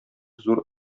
зур